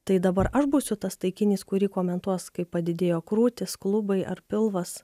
tai dabar aš būsiu tas taikinys kurį komentuos kaip padidėjo krūtys klubai ar pilvas